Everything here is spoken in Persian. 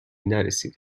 نرسیده